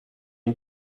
une